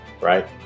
right